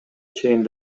чейин